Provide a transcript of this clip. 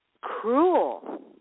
cruel